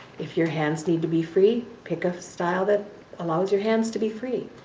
if your hands need to be free, pick a style that allows your hands to be free.